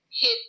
hit